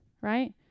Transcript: right